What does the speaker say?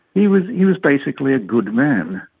he was he was basically a good man,